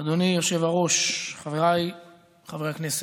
אדוני היושב-ראש, חבריי חברי הכנסת,